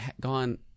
gone